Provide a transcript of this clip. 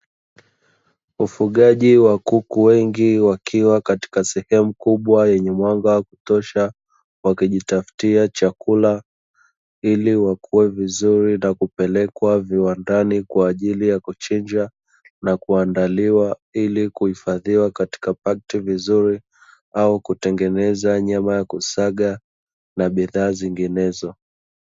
Ufugaji wa kuku wengi wakiwa katika sehemu kubwa yenye mwanga wa kutosha, wakijitafutia chakula ili wakue vizuri na kupelekwa viwandani kwa ajili ya kuchinjwa na kuandaliwa; ili kuhifadhiwa katika pakti vizuri, au kutengeneza nyama ya kusaga na bidhaa zinginezo.